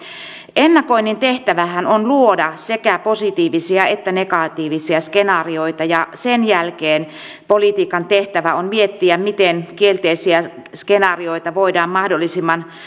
ennakoinnin tehtävähän on luoda sekä positiivisia että negatiivisia skenaarioita ja sen jälkeen politiikan tehtävä on miettiä miten kielteisiä skenaarioita voidaan mahdollisimman